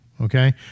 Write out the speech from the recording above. okay